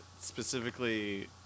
specifically